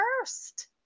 first